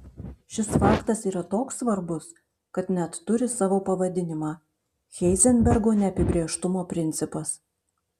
šis faktas yra toks svarbus kad net turi savo pavadinimą heizenbergo neapibrėžtumo principas